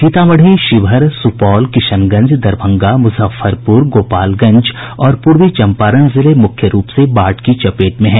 सीतामढ़ी शिवहर सुपौल किशनगंज दरभंगा मुजफ्फरपुर गोपालगंज और पूर्वी चम्पारण जिले मुख्य रूप से बाढ़ की चपेट में हैं